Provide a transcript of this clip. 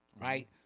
right